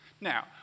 Now